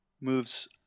moves